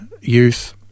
youth